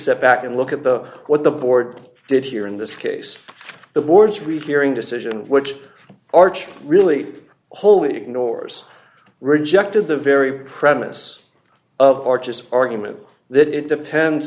step back and look at the what the board did here in this case the board's rehearing decision which arch really wholly ignores rejected the very premise of march's argument that it depends